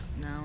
No